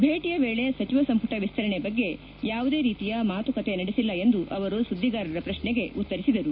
ಭೇಟಿಯ ವೇಳೆ ಸಚಿವ ಸಂಪುಟ ವಿಸ್ತರಣೆ ಬಗ್ಗೆ ಯಾವುದೇ ರೀತಿಯ ಮಾತುಕತೆ ನಡೆಸಿಲ್ಲ ಎಂದು ಸುದ್ದಿಗಾರರ ಪ್ರಶ್ನೆಗೆ ಉತ್ತರಿಸಿದರು